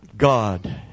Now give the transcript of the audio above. God